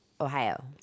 Ohio